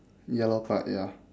yellow part ya